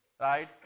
Right